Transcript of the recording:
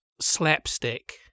slapstick